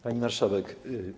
Pani Marszałek!